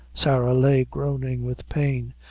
sarah lay groaning with pain,